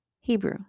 Hebrew